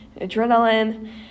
adrenaline